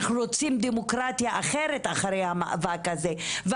אנחנו רוצים דמוקרטיה אחרת אחרי המאבק הזה.